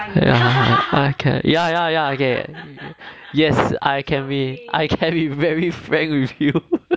I I I ya ya ya yes I can I can be very frank with you